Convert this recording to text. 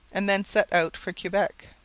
and then set out for quebec.